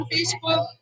Facebook